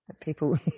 people